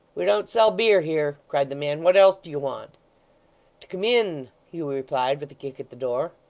we don't sell beer here cried the man what else do you want to come in hugh replied, with a kick at the door.